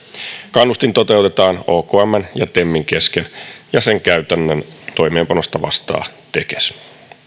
kannustin toteutetaan okmn ja temin kesken ja sen käytännön toimeenpanosta vastaa tekes